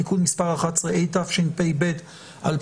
תיקון מס' 11 התשפ"ב 2022)